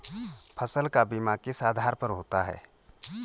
फसल का बीमा किस आधार पर होता है?